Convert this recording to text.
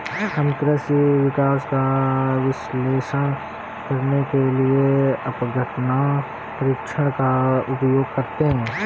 हम कृषि विकास का विश्लेषण करने के लिए अपघटन परीक्षण का उपयोग करते हैं